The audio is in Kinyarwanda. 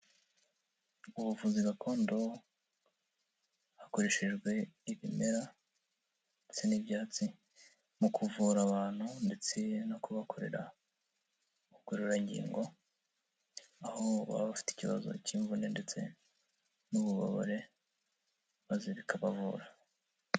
Ubuvuzi gakondo hakoreshejwe ibimera ndetse n'ibyatsi mu kuvura abantu ndetse no kubakorera ubugororangingo, aho baba bafite ikibazo cy'imvune ndetse n'ububabare maze bikabavura.